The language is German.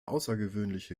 außergewöhnliche